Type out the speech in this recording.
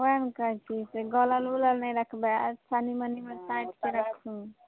ओएह हम कहैत छी से गलल ओलल नहि रखबै पानि ओनीमे छाँटिके रखू